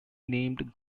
named